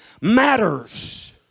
matters